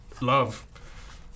love